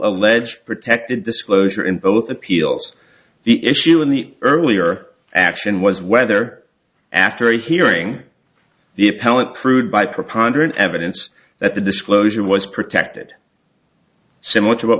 alleged protected disclosure in both appeals the issue in the earlier action was whether after a hearing the appellant proved by preponderance of evidence that the disclosure was protected similar to what